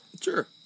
Sure